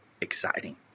exciting